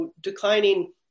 declining